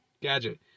Gadget